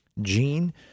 Gene